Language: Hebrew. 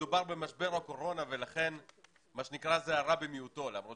מדובר במשבר הקורונה ולכן מה שנקרא זה הרע במיעוטו למרות